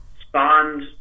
spawned